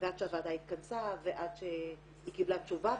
ועד שהוועדה התכנסה ועד שהיא קיבלה תשובה.